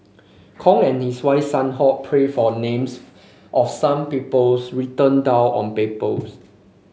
Kong and his wife Sun Ho prayed for names of some peoples written down on papers